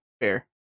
fair